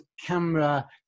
camera